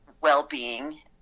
well-being